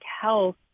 health